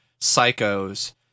psychos